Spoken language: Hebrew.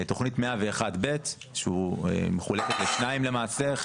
תכנית 101 ב' מחולקת לשניים למעשה,